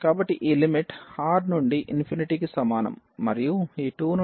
కాబట్టి ఈ limit R నుండి ∞ కి సమానం మరియు ఈ 2 నుండి R మరియు 2x2x4 1